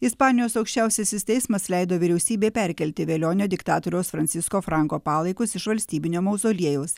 ispanijos aukščiausiasis teismas leido vyriausybei perkelti velionio diktatoriaus fransisko franko palaikus iš valstybinio mauzoliejaus